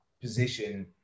position